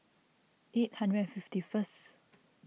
eight hundred and fifty first